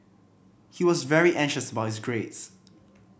he was very anxious about his grades